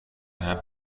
همه